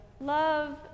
love